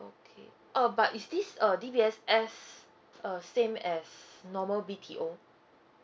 okay oh but is this err D_B_S_S uh same as normal B_T_O